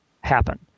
happen